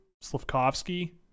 Slavkovsky